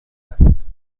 است